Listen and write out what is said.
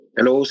Hello